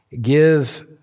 Give